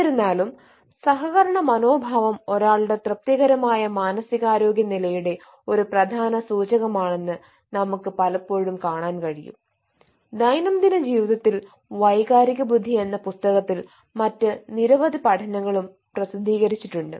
എന്നിരുന്നാലും സഹകരണ മനോഭാവം ഒരാളുടെ തൃപ്തികരമായ മാനസികാരോഗ്യ നിലയുടെ ഒരു പ്രധാന സൂചകമാണെന്ന് നമ്മൾക്ക് പലപ്പോഴും കാണാൻ കഴിയും ദൈനംദിന ജീവിതത്തിൽ വൈകാരിക ബുദ്ധി എന്ന പുസ്തകത്തിൽ മറ്റ് നിരവധി പഠനങ്ങളും പ്രസിദ്ധീകരിച്ചിട്ടുണ്ട്